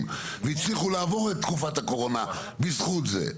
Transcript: והצליחו לעבור את תקופת הקורונה בזכות זה.